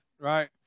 Right